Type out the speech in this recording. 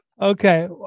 Okay